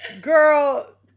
girl